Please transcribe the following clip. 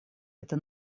это